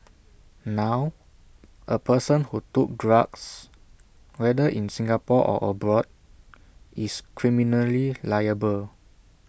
now A person who took drugs whether in Singapore or abroad is criminally liable